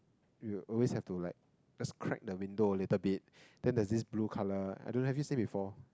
you always have to like just crack the window a little bit then there's this blue colour I don't have this thing before